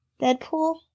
Deadpool